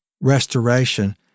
restoration